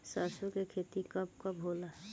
सरसों के खेती कब कब होला?